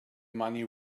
money